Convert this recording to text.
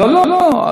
לא, לא.